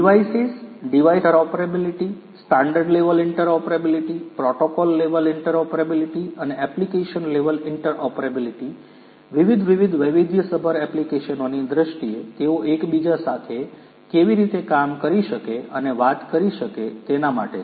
devices device level interoperability standard level interoperability protocol level interoperability અને application level interoperability વિવિધ વિવિધ વૈવિધ્યસભર એપ્લિકેશનોની દ્રષ્ટિએ તેઓ એકબીજા સાથે કેવી રીતે કામ કરી શકે અને વાત કરી શકે તેના માટે છે